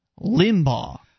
limbaugh